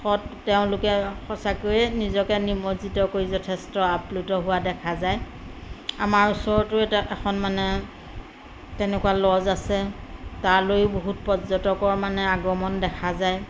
শত তেওঁলোকে সঁচাকৈয়ে নিজকে নিমৰ্জিত কৰি যথেষ্ট আপ্লুত হোৱা দেখা যায় আমাৰ ওচৰতো এটা এখন মানে তেনেকুৱা লজ আছে তালৈ বহুত পৰ্যটকৰ মানে আগমণ দেখা যায়